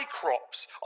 crops